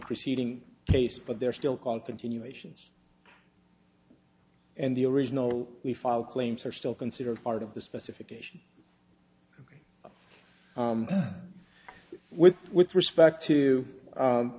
preceding case but they're still called continuations and the original we file claims are still considered part of the specification with with respect to